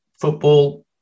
football